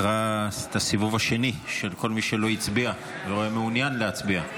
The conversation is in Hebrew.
קרא את הסיבוב השני של כל מי שלא הצביע והיה מעוניין להצביע.